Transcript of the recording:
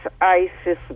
ISIS